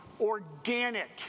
organic